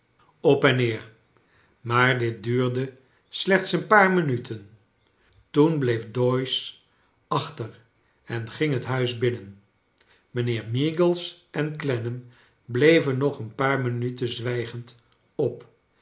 op en neer maar dit duurde slechts een paar minuten toen bleef doyce achter en ging het huis binnen mijnheer meagles en clennam bleven nog een paar minuten zwijgend op